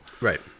Right